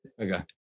Okay